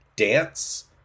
dance